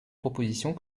propositions